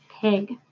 Pig